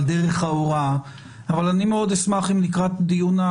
שזה לפטור בראש ובראשונה ילדים נכים מהצגת בדיקות,